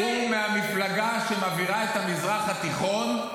הוא מהמפלגה שמבעירה את המזרח התיכון.